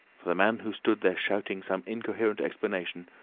for the man who stood there shouting some incoherent explanation,